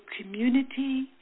community